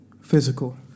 physical